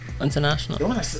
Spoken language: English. international